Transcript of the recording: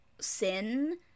sin